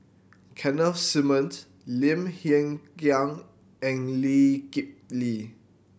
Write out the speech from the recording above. Keith Simmon Lim Hng Kiang and Lee Kip Lee